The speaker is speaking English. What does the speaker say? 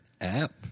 app